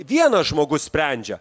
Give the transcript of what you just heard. vienas žmogus sprendžia